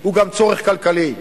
הוא גם צורך כלכלי,